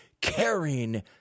caring